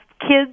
kids